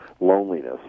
loneliness